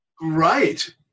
Right